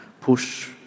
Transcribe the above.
push